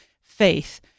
faith